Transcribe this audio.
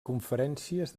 conferències